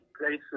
places